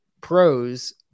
pros